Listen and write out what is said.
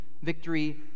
Victory